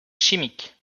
chimiques